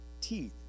teeth